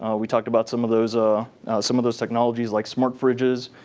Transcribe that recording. we talked about some of those ah some of those technologies like smart fridges.